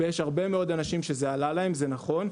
ויש הרבה מאוד אנשים שזה עלה להם, זה נכון.